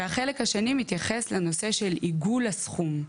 והחלק השני מתייחס לנושא של עיגול הסכום,